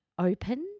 Opened